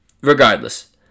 regardless